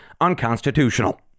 unconstitutional